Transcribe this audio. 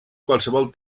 qualsevol